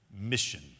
mission